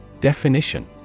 Definition